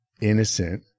innocent